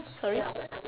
sorry